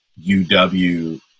UW